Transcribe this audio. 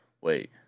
Wait